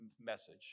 message